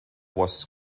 was